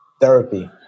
therapy